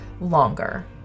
longer